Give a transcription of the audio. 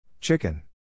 Chicken